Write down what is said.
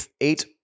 eight